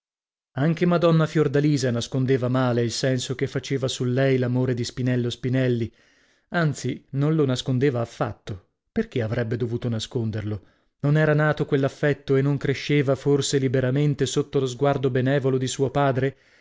anche madonna fiordalisa nascondeva male il senso che faceva su lei l'amore di spinello spinelli anzi non lo nascondeva affatto perchè avrebbe dovuto nasconderlo non era nato quell'affetto e non cresceva forse liberamente sotto lo sguardo benevolo di suo padre